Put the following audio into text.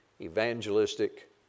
evangelistic